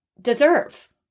deserve